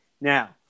Now